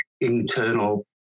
internal